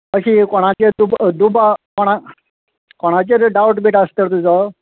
अशी कोणाचेर तुका दुबाव कोणा कोणाचेर डावट बीट आसा तर तुजो